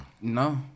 No